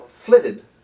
flitted